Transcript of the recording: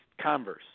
Converse